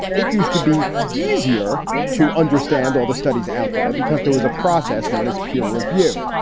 it used to be easier to understand all the studies out there because there was a process known as peer review.